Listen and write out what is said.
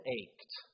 ached